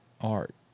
art